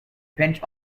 pinch